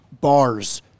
bars